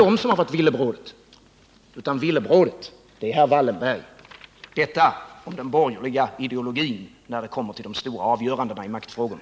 Nej, villebrådet har varit herr Wallenberg. Så fungerar den borgerliga ideologin när det kommer till de stora avgörandena i maktfrågorna.